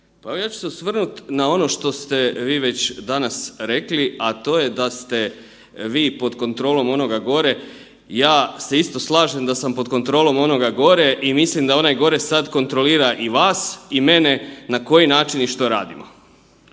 Pa ja ću se osvrnut na ono što ste vi već danas rekli, a to je da ste vi pod kontrolom onoga gore. Ja se isto slažem da sam isto pod kontrolom onoga gore i mislim da onaj gore sada kontrolira i vas i mene na koji način i što radimo.